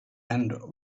and